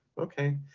okay